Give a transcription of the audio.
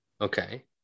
Okay